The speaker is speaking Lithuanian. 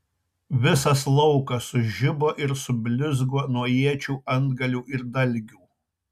visas laukas sužibo ir sublizgo nuo iečių antgalių ir dalgių